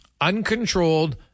uncontrolled